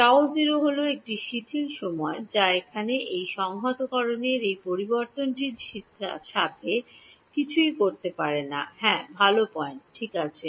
τ 0 হল একটি শিথিল সময় যা এখানে এই সংহতকরণের এই পরিবর্তনশীলটির সাথে কিছুই করতে পারে না হ্যাঁ ভাল পয়েন্ট ঠিক আছে